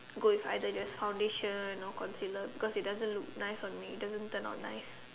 go with either just foundation or concealer cause it doesn't look nice on me it doesn't turn out nice